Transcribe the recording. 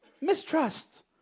Mistrust